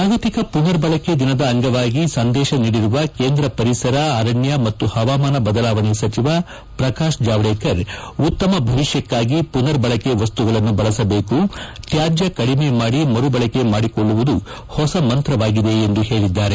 ಜಾಗತಿಕ ಪುನರ್ಬಳಕೆ ದಿನದ ಅಂಗವಾಗಿ ಸಂದೇಶ ನೀಡಿರುವ ಕೇಂದ್ರ ಪರಿಸರ ಅರಣ್ಣ ಮತ್ತು ಪವಾಮಾನ ಬದಲಾವಣೆ ಸಚಿವ ಪ್ರಕಾಶ್ ಜಾವಡೇಕರ್ ಉತ್ತಮ ಭವಿಷ್ಕಣಾಗಿ ಮನರ್ ಬಳಕೆ ಮ್ರುಗಳನ್ನು ಬಳಸಬೇಕು ತ್ಯಾನ್ಯ ಕಡಿಮೆ ಮಾಡಿ ಮರುಬಳಕೆ ಮಾಡಿಕೊಳ್ಳುವುದು ಹೊಸ ಮಂತ್ರವಾಗಿದೆ ಎಂದು ಹೇಳಿದ್ದಾರೆ